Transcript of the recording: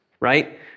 right